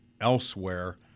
elsewhere